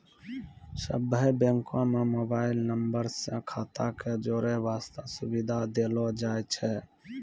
सभ्भे बैंको म मोबाइल नम्बर से खाता क जोड़ै बास्ते सुविधा देलो जाय छै